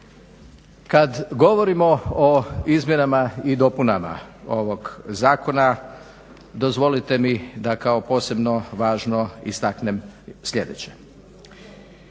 Kada govorimo o izmjenama i dopunama ovog Zakona dozvolite mi da kao posebno važno istaknem sljedeće.